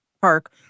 Park